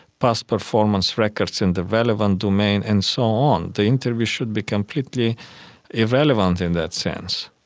past performance records in the relevant domain and so on. the interview should be completely irrelevant in that sense.